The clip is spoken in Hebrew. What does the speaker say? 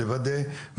לוודא,